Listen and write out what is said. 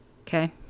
okay